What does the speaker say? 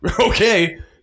okay